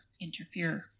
interfere